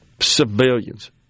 Civilians